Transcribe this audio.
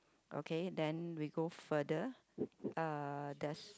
okay then we go further uh there's